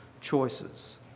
choices